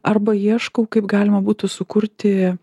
arba ieškau kaip galima būtų sukurti